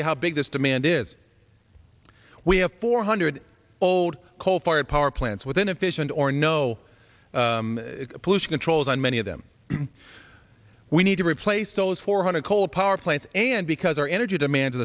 you how big this demand is we have four hundred old coal fired power plants with inefficient or no pollution controls and many of them we need to replace those four hundred coal power plants and because our energy demand